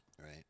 Right